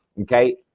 okay